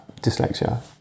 dyslexia